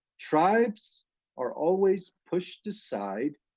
tribes are always pushed aside.